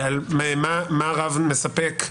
ומה רב מספק,